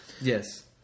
Yes